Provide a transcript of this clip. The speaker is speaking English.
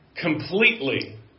completely